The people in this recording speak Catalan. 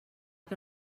que